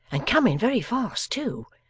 and coming very fast too.